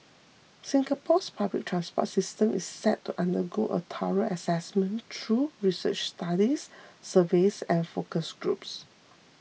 Singapore's public transport system is set to undergo a thorough assessment through research studies surveys and focus groups